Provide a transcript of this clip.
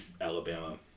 Alabama